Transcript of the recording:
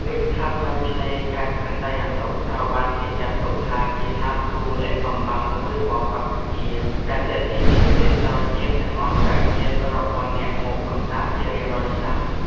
វាស្ថិតនៅឆ្នេរខេត្តព្រះសីហនុ ត្រូវបានគេចាត់ទុកថាជា ឋានសួគ៌លាក់កំបាំងមួយរបស់កម្ពុជា ដែលទាក់ទាញភ្ញៀវទេសចរជាតិ និងអន្តរជាតិរាប់ពាន់នាក់មកកំសាន្តជារៀងរាល់ឆ្នាំ។